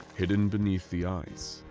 hidden beneath the ice.